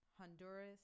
Honduras